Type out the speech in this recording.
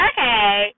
Okay